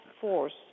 force